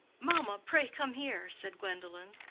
mamma, pray come here! said gwendolen,